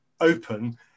open